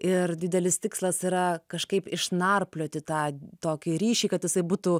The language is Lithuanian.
ir didelis tikslas yra kažkaip išnarplioti tą tokį ryšį kad jisai būtų